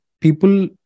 people